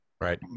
right